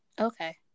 okay